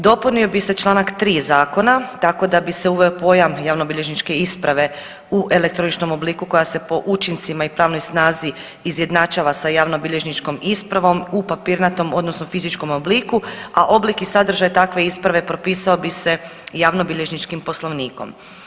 Dopunio bi se čl. 3. Zakona tako da bi se uveo pojam javnobilježničke isprave u elektroničkom obliku koja se po učincima i pravnoj snazi izjednačava sa javnobilježničkom ispravom u papirnatom odnosno fizičkom obliku, a oblik i sadržaj takve isprave propisao bi se javnobilježničkim Poslovnikom.